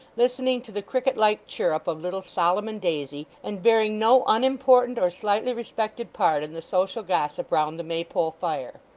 listening to the cricket-like chirrup of little solomon daisy, and bearing no unimportant or slightly respected part in the social gossip round the maypole fire.